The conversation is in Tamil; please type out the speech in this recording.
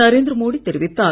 நரேந்திர மோடி தெரிவித்தார்